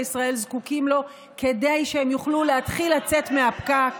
ישראל זקוקים לו כדי שהם יוכלו להתחיל לצאת מהפקק.